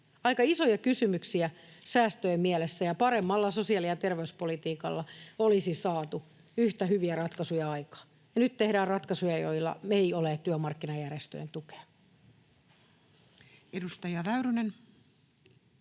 Aika isoja kysymyksiä säästöjen mielessä, ja paremmalla sosiaali‑ ja terveyspolitiikalla olisi saatu yhtä hyviä ratkaisuja aikaan. Nyt tehdään ratkaisuja, joilla ei ole työmarkkinajärjestöjen tukea. [Speech